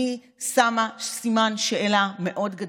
אני שמה סימן שאלה מאוד גדול,